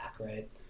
right